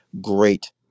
great